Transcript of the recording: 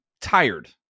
tired